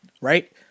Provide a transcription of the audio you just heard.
Right